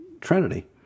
Trinity